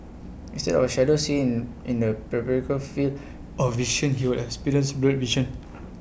instead of A shadow seen in in the peripheral field of vision he would have experienced blurred vision